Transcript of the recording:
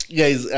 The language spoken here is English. guys